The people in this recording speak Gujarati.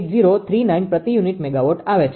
0098039 પ્રતિ યુનિટ મેગાવોટ આવે છે